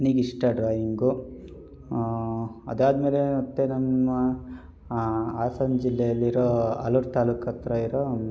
ನನಗಿಷ್ಟ ಡ್ರಾಯಿಂಗು ಅದಾದ್ಮೇಲೆ ಮತ್ತು ನಮ್ಮ ಹಾಸನ ಜಿಲ್ಲೆಯಲ್ಲಿರೋ ಆಲೂರು ತಾಲ್ಲೂಕು ಹತ್ರ ಇರೋ